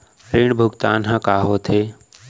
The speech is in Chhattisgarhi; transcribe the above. ऋण भुगतान ह का होथे?